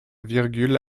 virgule